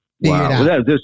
Wow